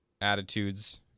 attitudes